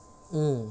mm